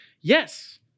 yes